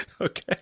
Okay